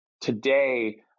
today